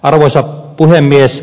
arvoisa puhemies